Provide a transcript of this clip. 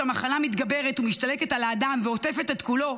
כשהמחלה מתגברת ומשתלטת על האדם ועוטפת את כולו,